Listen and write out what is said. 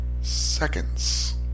Seconds